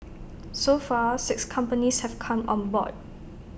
so far six companies have come on board